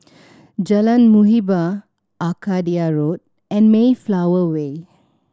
Jalan Muhibbah Arcadia Road and Mayflower Way